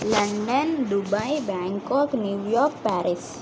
London Dubai Bangkok New York Paris